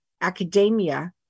academia